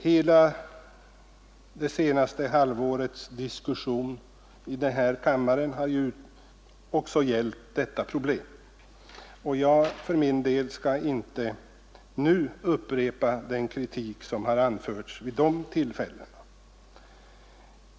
Hela det senaste halvårets diskussion i den här kammaren har ju också gällt detta problem, och jag skall för min del inte nu upprepa den kritik som har anförts vid tidigare tillfällen.